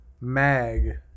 mag